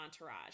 entourage